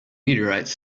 meteorites